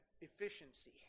Efficiency